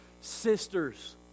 sisters